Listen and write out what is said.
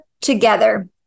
together